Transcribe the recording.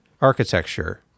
architecture